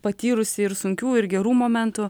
patyrusį ir sunkių ir gerų momentų